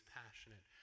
passionate